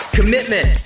commitment